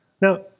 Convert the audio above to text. Now